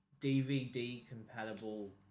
DVD-compatible